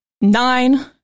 nine